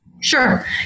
Sure